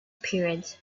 appearance